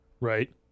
Right